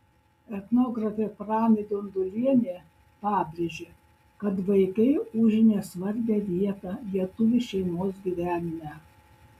etnografė pranė dundulienė pabrėžia kad vaikai užėmė svarbią vietą lietuvių šeimos gyvenime